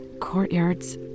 courtyards